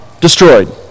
destroyed